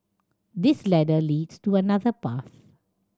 this ladder leads to another path